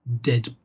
dead